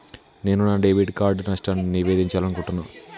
నేను నా debit card నష్టాన్ని నివేదించాలనుకుంటున్నా